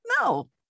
No